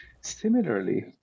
Similarly